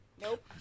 Nope